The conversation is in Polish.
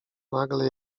nagle